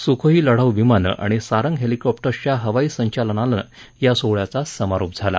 Sukhoi लढाऊ विमानं आणि सारंग हेलिकॉप्टर्सच्या हवाई संचलनानं या सोहळ्याचा समारोप झाला